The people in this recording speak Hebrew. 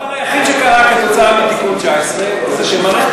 הדבר היחיד שקרה כתוצאה מתיקון 19 זה שמערכת